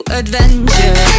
adventure